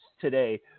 today